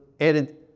added